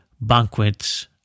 banquets